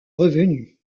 revenus